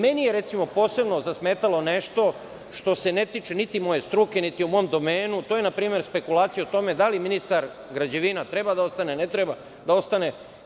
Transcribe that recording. Meni je, recimo, posebno zasmetalo nešto što se ne tiče niti moje struke, niti je u mom domenu, to je npr. spekulacija o tome da li ministar građevina treba da ostane, ne treba da ostane?